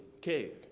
cave